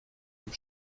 dem